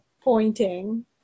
pointing